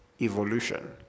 evolution